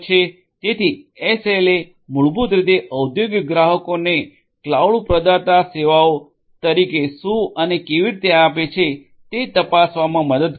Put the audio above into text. તેથી એસએલએ મૂળભૂત રીતે ઔદ્યોગિક ગ્રાહકોને ક્લાઉડ પ્રદાતાઓ સેવાઓ તરીકે શું અને કેવી રીતે આપે છે તે તપાસવામાં મદદ કરે છે